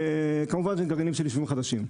וכמובן, בגרעינים של יישובים חדשים.